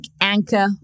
Anchor